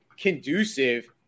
conducive